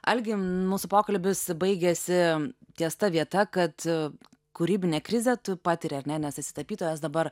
algi mūsų pokalbis baigėsi ties ta vieta kad kūrybinę krizę tu patiri ar ne nes esi tapytojas dabar